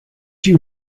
you